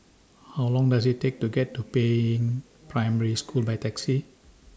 How Long Does IT Take to get to Peiying Primary School By Taxi